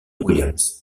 williams